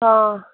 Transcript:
हाँ